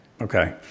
Okay